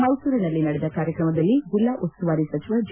ಮೈಸೂರಿನಲ್ಲಿ ನಡೆದ ಕಾರ್ಯಕ್ರಮದಲ್ಲಿ ಜಿಲ್ಲಾ ಉಸ್ತುವಾರಿ ಸಚಿವ ಜಿ